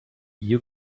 you